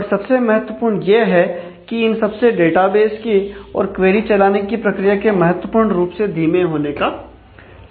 और सबसे महत्वपूर्ण यह है कि इन सब से डेटाबेस के और क्वेरी चलाने की प्रक्रिया के महत्वपूर्ण रूप से धीमे होने का संशय है